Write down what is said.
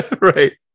Right